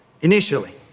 initially